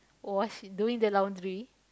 wash doing the laundry